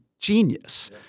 genius